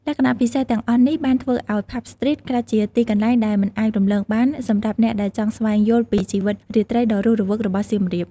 លក្ខណៈពិសេសទាំងអស់នេះបានធ្វើឲ្យ ផាប់ ស្ទ្រីត ក្លាយជាទីកន្លែងដែលមិនអាចរំលងបានសម្រាប់អ្នកដែលចង់ស្វែងយល់ពីជីវិតរាត្រីដ៏រស់រវើករបស់សៀមរាប។